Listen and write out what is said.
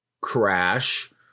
crash